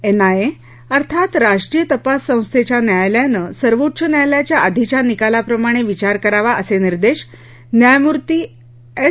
NIA अर्थात राष्ट्रीय तपास संस्थेच्या न्यायालयानं सर्वोच्च न्यायालयाच्या आधीच्या निकालाप्रमाणे विचार करावा असे निर्देश न्यायमूर्ती एस